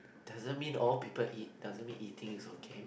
doesn't mean all people eat doesn't mean eating is okay man